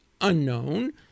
unknown